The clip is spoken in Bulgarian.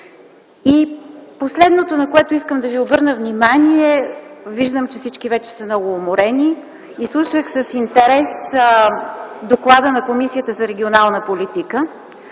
Последното, на което искам да ви обърна внимание. Виждам, че всички вече са много уморени. Изслушах с интерес доклада на Комисията по регионална политика